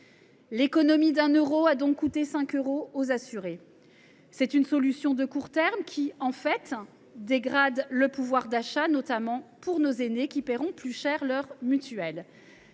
L’économie de 1 euro a donc coûté 5 euros aux assurés ! C’est une solution de court terme qui dégrade de fait le pouvoir d’achat, notamment celui de nos aînés, qui paieront plus cher leur mutuelle.